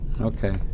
Okay